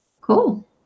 Cool